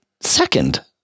second